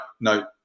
no